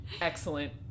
Excellent